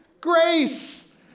Grace